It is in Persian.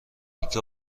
سکه